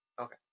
Okay